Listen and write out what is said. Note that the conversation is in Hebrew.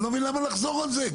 אני לא מבין למה לחזור על זה?